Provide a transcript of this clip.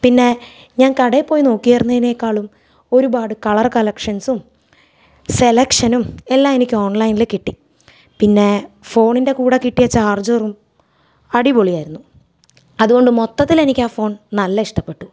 പിന്നെ ഞാൻ കടയിൽ പോയി നോക്കിയിരുന്നതിനെക്കാളും ഒരുപാട് കളർ കളക്ഷൻസും സെലെക്ഷനും എല്ലാം എനിക്ക് ഓൺലൈനില് കിട്ടി പിന്നെ ഫോണിൻ്റെ കൂടെ കിട്ടിയ ചാർജറും അടിപൊളിയായിരുന്നു അതുകൊണ്ട് മൊത്തത്തില് എനിക്കാ ഫോൺ നല്ല ഇഷ്ടപ്പെട്ടു